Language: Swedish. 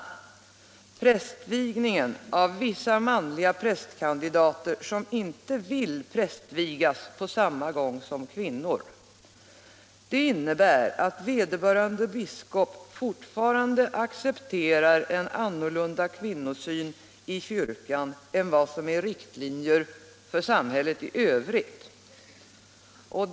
Prästvigningar av vissa manliga prästkandidater som inte vill prästvigas på samma gång som kvinnor innebär att vederbörande biskop i kyrkan fortfarande accepterar en annorlunda kvinnosyn än den som gäller för samhället i övrigt.